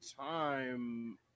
time